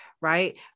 right